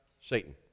Satan